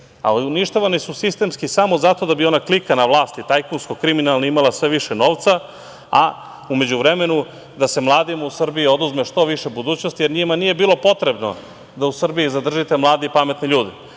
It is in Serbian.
Uništavani su sistemski samo zato da bi ona klika na vlasti, tajkunsko kriminalna, imala sve više novca, a u međuvremenu da se mladima u Srbiji oduzme što više budućnosti, jer njima nije bilo potrebno da u Srbiji zadržite mlade i pametne ljude.